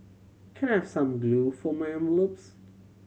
can I have some glue for my envelopes